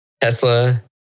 Tesla